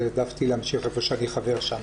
אז העדפתי להמשיך איפה שאני חבר שם.